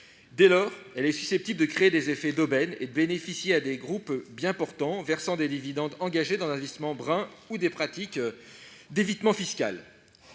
Dès lors, elle est susceptible de créer des effets d'aubaine et de bénéficier à des groupes bien portants versant des dividendes et engagés, par exemple, dans des pratiques d'évitement fiscal.